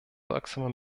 wirksame